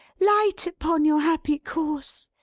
light upon your happy course!